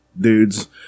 Dudes